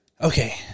Okay